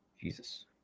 Jesus